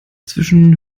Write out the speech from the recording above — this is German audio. zwischen